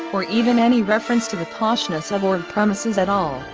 or even any reference to the poshness of org premises at all,